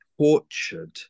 tortured